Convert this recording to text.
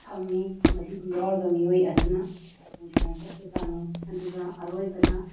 ꯐꯪꯏ ꯃꯁꯤꯕꯨ ꯌꯥꯎꯔꯤꯕ ꯃꯤꯑꯣꯏ ꯑꯗꯨꯅ ꯏꯟꯁꯨꯔꯦꯟꯁ ꯑꯁꯤ ꯐꯪꯏ ꯑꯗꯨꯒ ꯑꯔꯣꯏꯕꯗ